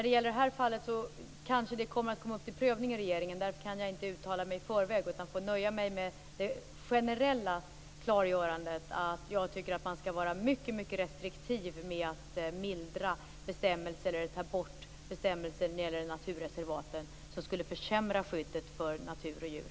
Det här fallet kan kanske komma upp till prövning i regeringen, och därför kan jag inte uttala mig i förväg utan får nöja mig med det generella klargörandet att jag tycker att man skall vara mycket restriktiv med att mildra eller ta bort naturreservatsbestämmelser och därigenom försämra skyddet för natur och djur.